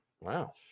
wow